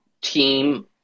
team